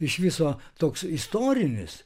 iš viso toks istorinis